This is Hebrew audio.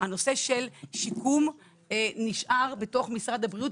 הנושא של שיקום נשאר בתוך משרד הבריאות,